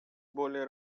более